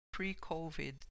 pre-COVID